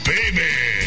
baby